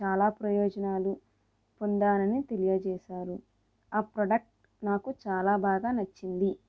చాలా ప్రయోజనాలు పొందామని తెలియచేశారు ఆ ప్రోడక్ట్ నాకు చాలా బాగా నచ్చింది